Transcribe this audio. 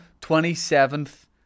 27th